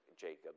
Jacob